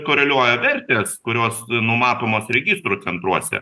koreliuoja vertės kurios numatomos registrų centruose